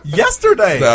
yesterday